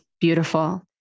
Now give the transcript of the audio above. Beautiful